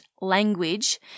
language